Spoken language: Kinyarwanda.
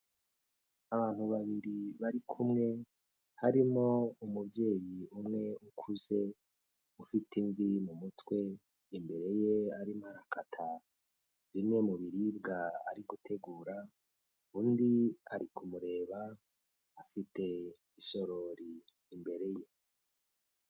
Abantu babiri bari kumwe harimo umubyeyi umwe ukuze ufite imvi mu mutwe, imbere ye arimo arakata bimwe mu biribwa ari gutegura, undi ari kumureba, afite isorori imbere ye.